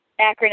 acronym